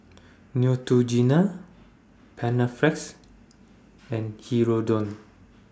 Neutrogena Panaflex and Hirudoid